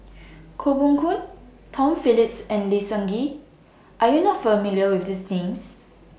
Koh Poh Koon Tom Phillips and Lee Seng Gee Are YOU not familiar with These Names